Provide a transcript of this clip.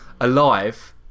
alive